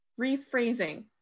rephrasing